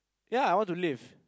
ya I want to live